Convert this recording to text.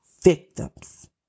victims